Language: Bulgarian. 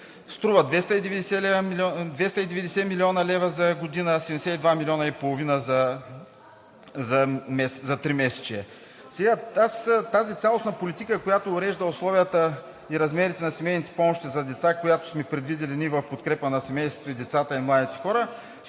Струва 290 млн. лв. за година – 72,5 за тримесечие. Тази цялостна политика, която урежда условията и размерите на семейните помощи за деца, която сме предвидили ние в подкрепа на семействата и децата и младите хора,